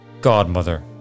godmother